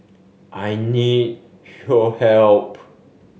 I need help